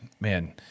man